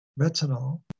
retinol